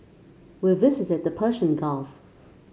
we visited the Persian Gulf